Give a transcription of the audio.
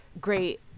great